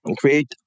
Create